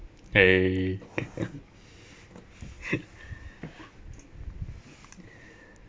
!hey!